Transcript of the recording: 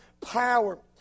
power